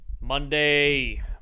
Monday